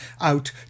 out